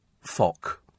Fock